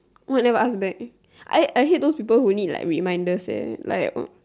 why you never ask back I I hate those people who need like reminders eh like